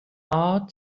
ought